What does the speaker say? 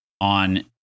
on